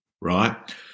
right